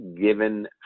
given